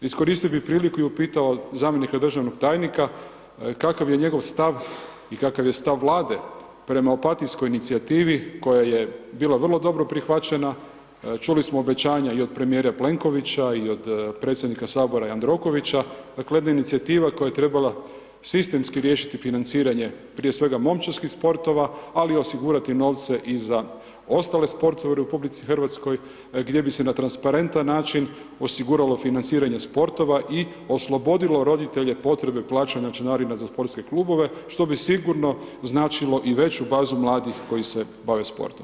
Iskoristio bih priliku i upitao zamjenika državnog tajnika, kakav je njegov stav i kakav je stav Vlade prema Opatijskoj inicijativi koja je bila vrlo dobro prihvaćena, čuli smo obećanje i od premijera Plenkovića i predsjednika Sabora Jandrokovića, dakle jedna inicijativa koja je trebala sistemski riješiti financiranje, prije svega momčadskih sportova, ali osigurati novce i za ostale sportove u RH gdje bi se na transparentan način osiguralo financiranje sportova i oslobodilo roditelje potrebe plaćanja članarina za sportske klubove, što bi sigurno značilo i veću bazi mladih koji se bave sportom.